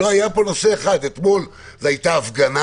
לא היה פה נושא אחד: אתמול הייתה הפגנה